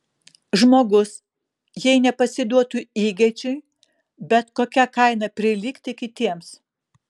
žmogus jei nepasiduotų įgeidžiui bet kokia kaina prilygti kitiems